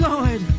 Lord